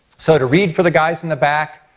so to read for the guys in the back,